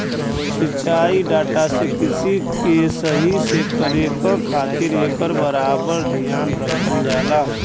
सिंचाई डाटा से कृषि के सही से करे क खातिर एकर बराबर धियान रखल जाला